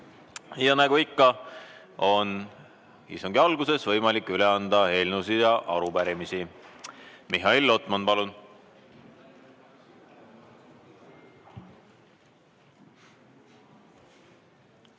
Ja nagu ikka, on istungi alguses võimalik üle anda eelnõusid ja arupärimisi. Mihhail Lotman, palun!